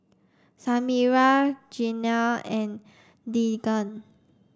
Samira Glenna and Deegan